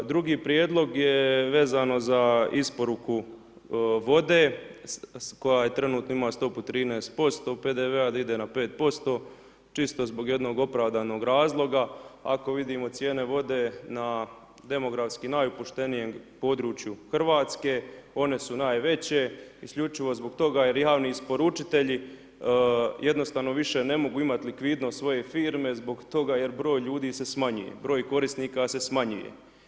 Drugi prijedlog je vezano za isporuku vode koja je trenutno ima stopu 13% PDV-a da ide na 5%, čisto zbog jednog opravdanog razloga, ako vidimo cijene vode na demografski najopustošenijem području RH, one su najveće, isključivo zbog toga jer javni isporučitelji jednostavno više ne mogu imati likvidnost svoje firme zbog toga jer broj ljudi se smanjuje, broj korisnika se smanjuje.